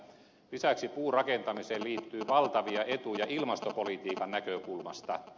lisäksi puurakentamiseen liittyy valtavia etuja ilmastopolitiikan näkökulmasta